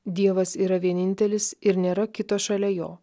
dievas yra vienintelis ir nėra kito šalia jo